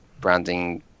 branding